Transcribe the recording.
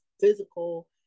physical